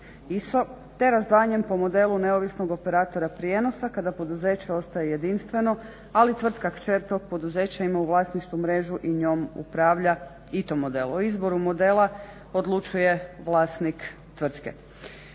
ISO te razdvajanjem po modelu neovisnog operatora prijenosa kada poduzeće ostaje jedinstveno ali tvrtka kćer tog poduzeća ima u vlasništvu mrežu i njom upravlja ITO model. O izboru modela odlučuje vlasnik tvrtke.